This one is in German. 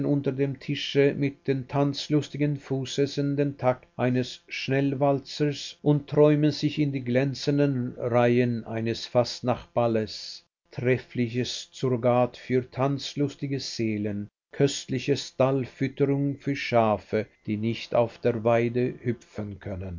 unter dem tische mit den tanzlustigen füßen den takt eines schnellwalzers und träumen sich in die glänzenden reihen eines fastnachtballes treffliches surrogat für tanzlustige seelen köstliche stallfütterung für schafe die nicht auf der weide hüpfen können